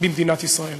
במדינת ישראל.